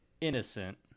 innocent